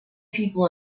people